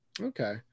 Okay